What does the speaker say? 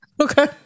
okay